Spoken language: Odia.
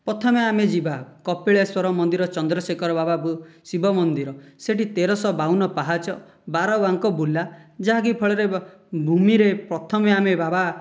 ପ୍ରଥମେ ଆମେ ଯିବା କପିଳେଶ୍ୱର ମନ୍ଦିର ଚନ୍ଦ୍ରଶେଖର ବାବା ଶିବ ମନ୍ଦିର ସେଇଠି ତେରଶହ ବାବନ ପାହାଚ ବାରବାଙ୍କ ବୁଲା ଯାହାକି ଫଳରେ ଭୂମିରେ ପ୍ରଥମେ ଆମେ ବାବା